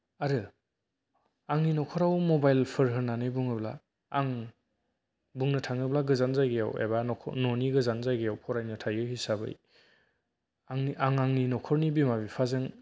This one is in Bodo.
आरो आंनि नखराव मबाइलफोर होननानै बुङोब्ला आं बुंनो थाङोब्ला गोजान जायगायाव एबा न'नि गोजान जायगायाव फरायनो थायो हिसाबै आं आंनि नखरनि बिमा बिफाजों